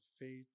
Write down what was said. faith